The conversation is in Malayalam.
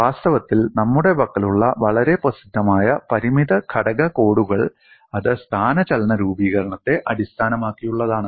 വാസ്തവത്തിൽ നമ്മുടെ പക്കലുള്ള വളരെ പ്രസിദ്ധമായ പരിമിത ഘടക കോഡുകൾ അത് സ്ഥാനചലന രൂപീകരണത്തെ അടിസ്ഥാനമാക്കിയുള്ളതാണ്